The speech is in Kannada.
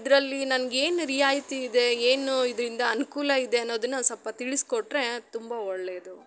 ಇದರಲ್ಲಿ ನನ್ಗೆ ಏನು ರಿಯಾಯಿತಿ ಇದೆ ಏನೂ ಇದರಿಂದ ಅನುಕೂಲ ಇದೆ ಅನ್ನೊದನ್ನು ಸ್ವಲ್ಪ ತಿಳಿಸ್ಕೊಟ್ಟರೆ ತುಂಬ ಒಳ್ಳೇದು